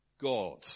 God